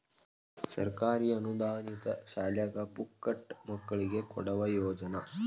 ಸರ್ಕಾರಿ ಅನುದಾನಿತ ಶಾಲ್ಯಾಗ ಪುಕ್ಕಟ ಮಕ್ಕಳಿಗೆ ಕೊಡುವ ಯೋಜನಾ